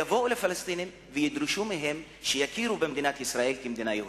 יבואו לפלסטינים וידרשו מהם שיכירו במדינת ישראל כמדינה יהודית.